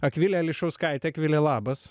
akvilė ališauskaitė akvile labas